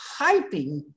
hyping